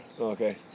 Okay